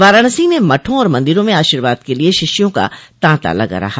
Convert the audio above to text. वाराणसी में मठों और मंदिरों में आशीर्वाद के लिये शिष्यों का तांता लगा रहा